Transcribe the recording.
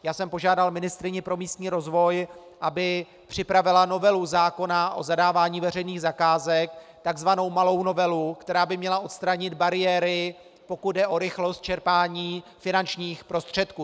Já jsem požádal ministryni pro místní rozvoj, aby připravila novelu zákona o zadávání veřejných zakázek, tzv. malou novelu, která by měla odstranit bariéry, pokud jde o rychlost čerpání finančních prostředků.